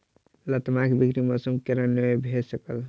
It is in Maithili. लतामक बिक्री मौसम के कारण नै भअ सकल